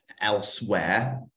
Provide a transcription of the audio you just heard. elsewhere